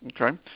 Okay